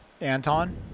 Anton